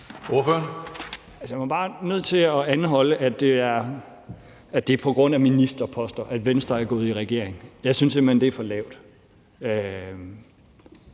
til at anholde, at det er på grund af ministerposter, at Venstre er gået i regering. Jeg synes simpelt hen, at det er for lavt.